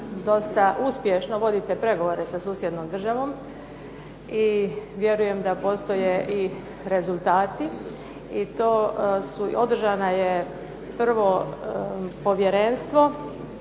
dosta uspješno vodite pregovore sa susjednom državom i vjerujem da postoje i rezultati. I to održano je prvo povjerenstvo